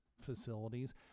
facilities